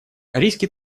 риски